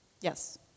Yes